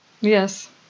Yes